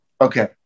Okay